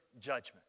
judgment